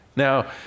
Now